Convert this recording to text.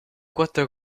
quattro